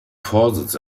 vorsitz